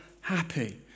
happy